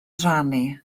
rannu